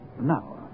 Now